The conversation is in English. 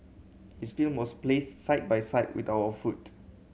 his film was placed side by side with our food